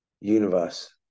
universe